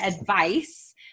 advice